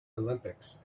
olympics